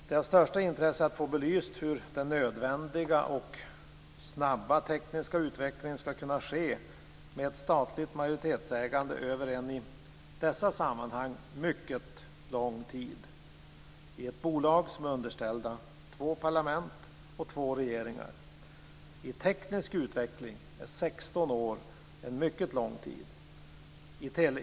Det är av största intresse att få belyst hur den nödvändiga och snabba tekniska utvecklingen skall kunna ske med ett statligt majoritetsägande över en i dessa sammanhang mycket lång tid - i ett bolag som är underställt två parlament och två regeringar. I teknisk utveckling är 16 år en mycket lång tid.